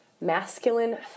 masculine